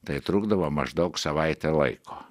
tai trukdavo maždaug savaitę laiko